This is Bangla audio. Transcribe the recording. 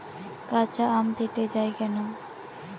কাঁচা আম ফেটে য়ায় কেন?